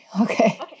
Okay